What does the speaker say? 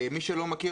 מי שלא מכיר,